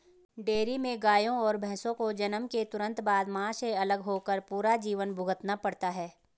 dairy में गायों और भैंसों को जन्म के तुरंत बाद, मां से अलग होकर पूरा जीवन भुगतना पड़ता है